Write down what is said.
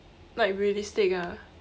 like realistic ah